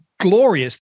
glorious